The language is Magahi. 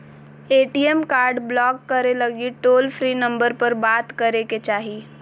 ए.टी.एम कार्ड ब्लाक करे लगी टोल फ्री नंबर पर बात करे के चाही